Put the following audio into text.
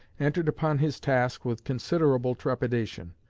entered upon his task with considerable trepidation,